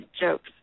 jokes